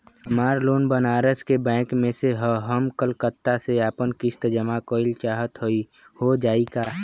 हमार लोन बनारस के बैंक से ह हम कलकत्ता से आपन किस्त जमा कइल चाहत हई हो जाई का?